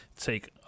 take